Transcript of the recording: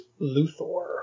Luthor